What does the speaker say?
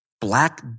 black